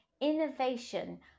innovation